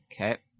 Okay